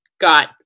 got